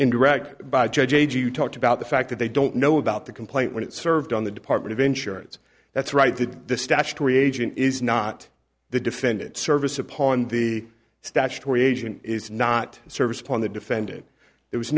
indirectly by j g you talked about the fact that they don't know about the complaint when it served on the department of insurance that's right that the statutory agent is not the defendant service upon the statutory agent is not a service upon the defended there was